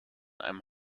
einem